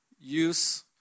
use